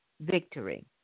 victory